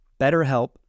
BetterHelp